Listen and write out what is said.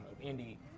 Indy